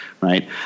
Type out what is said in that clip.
Right